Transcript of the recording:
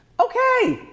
okay,